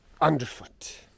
underfoot